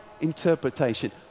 interpretation